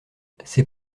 c’est